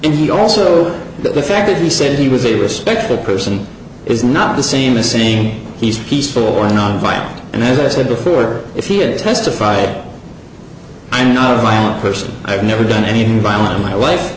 and he also the fact that he said he was a respectful person is not the same as same he's peaceful or nonviolent and as i said before if he had testified i'm not my own person i've never done anything violent in my life